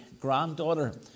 granddaughter